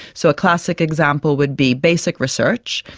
so a classic example would be basic research,